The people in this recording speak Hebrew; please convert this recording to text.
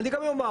אני גם אומר,